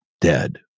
dead